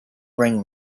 bring